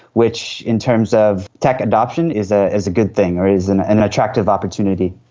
which in terms of tech adoption is ah is a good thing or is an attractive opportunity.